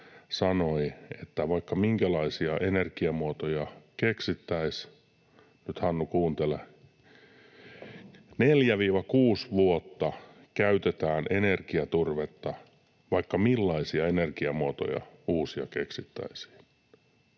sanoi, että vaikka minkälaisia energiamuotoja keksittäisiin — nyt, Hannu, kuuntele — niin 4—6 vuotta käytetään energiaturvetta, siis vaikka millaisia uusia energiamuotoja keksittäisiin.